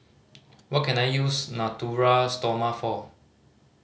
what can I use Natura Stoma for